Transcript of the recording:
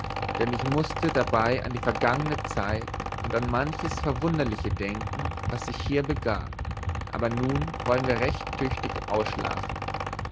denn ich mußte dabei an die vergangene zeit und an manches verwunderliche denken was hier sich begab aber nun wollen wir recht tüchtig ausschlafen